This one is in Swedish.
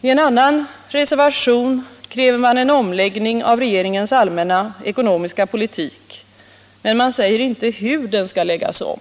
I en annan reservation kräver man en omläggning av regeringens allmänna ekonomiska politik, men man säger inte hur den skall läggas om.